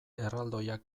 erraldoiak